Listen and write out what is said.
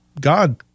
God